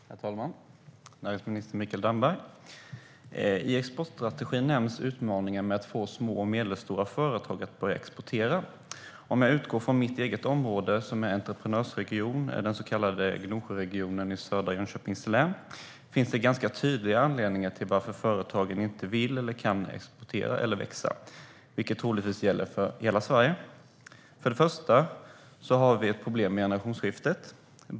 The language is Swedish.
Herr talman och näringsminister Mikael Damberg! I exportstrategin nämns utmaningar när det gäller att få små och medelstora företag att börja exportera. Om jag utgår från mitt eget område, som är en entreprenörsregion som kallas Gnosjöregionen i södra Jönköpings län, finns det ganska tydliga anledningar till att företagen inte vill eller kan exportera eller växa. Anledningarna gäller troligtvis för hela Sverige. Vi har problem med generationsskiftet.